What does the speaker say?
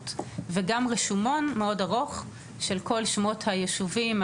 וגם רשומון מאוד ארוך של כל שמות היישובים,